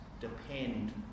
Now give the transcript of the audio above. depend